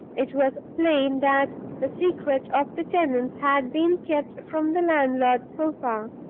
it was plain that the secret of the tenants had been kept from the landlord so far.